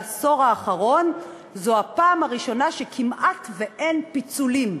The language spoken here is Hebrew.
בעשור האחרון שכמעט אין פיצולים.